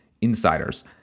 insiders